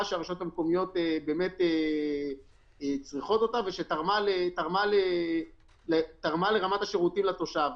שהרשויות המקומיות צריכות אותה ושתרמה לרמת השירותים לתושב.